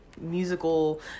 musical